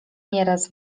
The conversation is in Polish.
nieraz